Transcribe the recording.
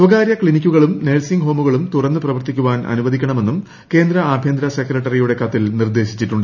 സ്വകാര്യ ക്സിനിക്കുകളും നേഴ്സിങ്ങ് ഹോമുകളും തുറന്ന് പ്രവർത്തിക്കുവാൻ അനുവദിക്കണമെന്നും കേന്ദ്ര ആഭ്യന്തര സെക്രട്ടറിയുടെ കത്തിൽ നിർദ്ദേശിച്ചിട്ടുണ്ട്